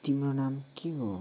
तिम्रो नाम के हो